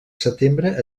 setembre